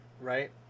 right